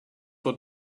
for